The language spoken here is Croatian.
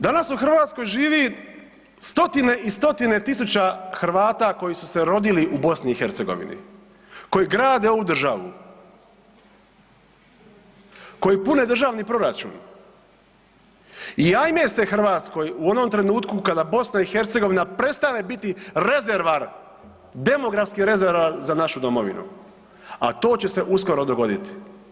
Danas u Hrvatskoj živi stotine i stotine tisuća Hrvata koji su se rodili u BiH, koji grade ovu državu, koji pune državni proračun i ajme se Hrvatskoj u onom trenutku kada BiH prestane biti rezervoar, demografski rezervoar za našu domovinu, a to će se uskoro dogoditi.